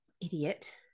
Idiot